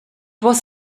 was